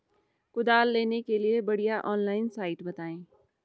कुदाल लेने के लिए बढ़िया ऑनलाइन साइट बतायें?